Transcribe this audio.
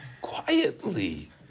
quietly